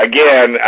Again